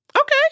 Okay